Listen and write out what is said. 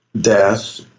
Death